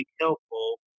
helpful